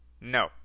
No